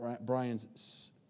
Brian's